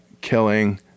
killing